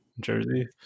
Jersey